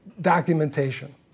documentation